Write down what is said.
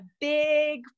big